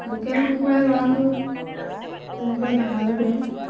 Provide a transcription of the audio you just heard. local কুকুৰা গঁৰালটো তেনেকৈ বাঁহৰে বেৰ